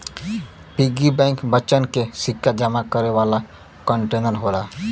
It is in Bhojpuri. पिग्गी बैंक बच्चन के सिक्का जमा करे वाला कंटेनर होला